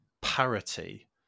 parity